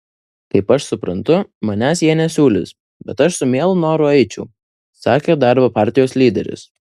kaip aš suprantu manęs jie nesiūlys bet aš su mielu noru eičiau sakė darbo partijos lyderis